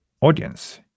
audience